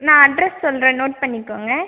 நான் அட்ரெஸ் சொல்கிறேன் நோட் பண்ணிக்கோங்கள்